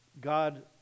God